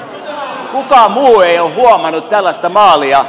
kukaan muu ei ole huomannut tällaista maalia